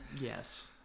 yes